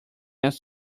else